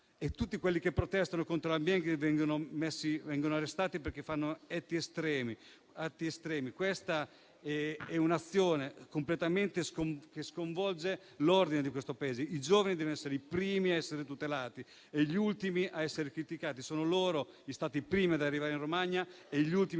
tutti quelli che protestano per l'ambiente vengono arrestati perché fanno atti estremi. Questa è un'azione che sconvolge l'ordine di questo Paese. I giovani devono essere i primi ad essere tutelati e gli ultimi ad essere criticati. Sono stati loro i primi ad arrivare in Romagna e gli ultimi